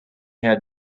had